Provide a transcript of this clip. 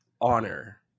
honor